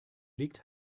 liegt